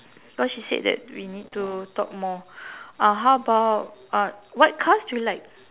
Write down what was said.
cause she said that we need to talk more uh how about uh what cars do you like